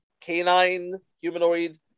canine-humanoid